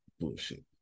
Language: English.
Bullshit